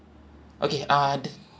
okay uh